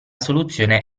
soluzione